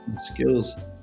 skills